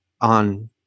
on